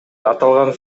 аталган